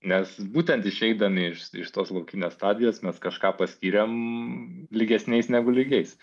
nes būtent išeidami iš tos laukinės stadijos mes kažką paskyrėm lygesniais negu lygiais